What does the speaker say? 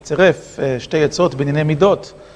צירף שתי עיצות בעניני מידות.